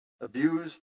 abused